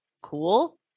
cool